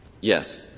Yes